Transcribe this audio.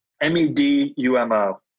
M-E-D-U-M-O